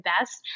best